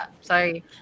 Sorry